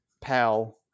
Pal